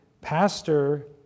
pastor